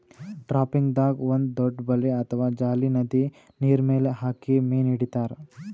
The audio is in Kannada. ಟ್ರಾಪಿಂಗ್ದಾಗ್ ಒಂದ್ ದೊಡ್ಡ್ ಬಲೆ ಅಥವಾ ಜಾಲಿ ನದಿ ನೀರ್ಮೆಲ್ ಹಾಕಿ ಮೀನ್ ಹಿಡಿತಾರ್